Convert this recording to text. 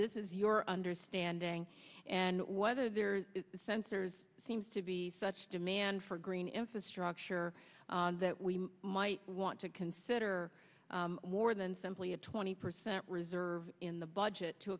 this is your understanding and whether there's sensors seems to be such demand for green infrastructure that we might want to consider more than simply a twenty percent reserve in the budget to